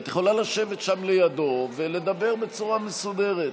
את יכולה לשבת שם לידו ולדבר בצורה מסודרת.